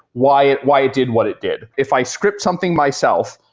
why it why it did what it did. if i script something myself,